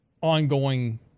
ongoing